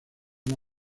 una